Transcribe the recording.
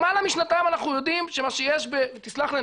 למעלה משנתיים אנחנו יודעים שמה שיש שם ותסלח לי,